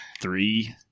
Three